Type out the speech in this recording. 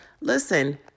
listen